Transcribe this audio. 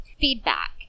feedback